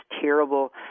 terrible